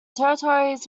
territories